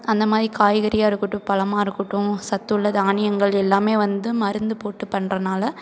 அந்தமாதிரி காய்கறியாக இருக்கட்டும் பழமா இருக்கட்டும் சத்துள்ள தானியங்கள் எல்லாம் வந்து மருந்து போட்டு பண்றதுனால